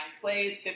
plays